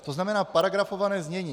To znamená paragrafované znění.